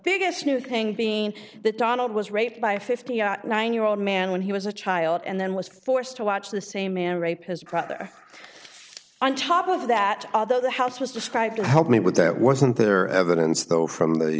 biggest new thing being that donald was raped by a fifty nine year old man when he was a child and then was forced to watch the same man raped his crowther on top of that although the house was described to help me with that wasn't there evidence though from the